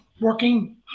working